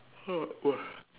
ah why